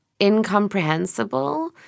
incomprehensible